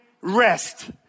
rest